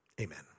Amen